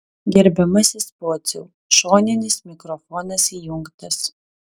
gerbiamasis pociau šoninis mikrofonas įjungtas